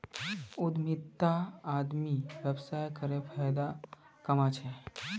उद्यमितात आदमी व्यवसाय करे फायदा कमा छे